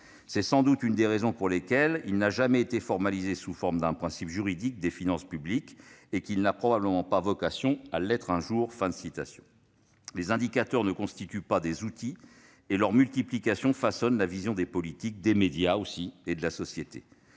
C'est sans doute une des raisons pour lesquelles il n'a jamais été formalisé sous forme d'un principe juridique des finances publiques, et qu'il n'a probablement pas vocation à l'être un jour. » Les indicateurs ne constituent pas des outils et leur multiplication façonne la vision des politiques, des médias et de la société.